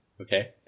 Okay